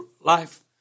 life